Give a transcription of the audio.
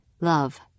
Love